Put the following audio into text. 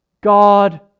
God